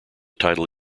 title